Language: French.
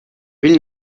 ville